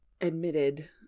admitted